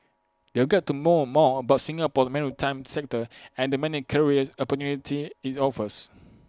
they'll get to know more about Singapore's maritime sector and the many career opportunities IT offers